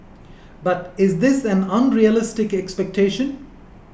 but is this an unrealistic expectation